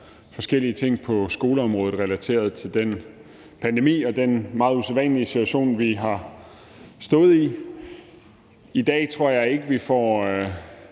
forskellige ting på skoleområdet, der relaterer sig til den pandemi og den meget usædvanlige situation, vi har stået i. I dag tror jeg, at vi